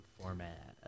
format